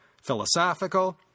philosophical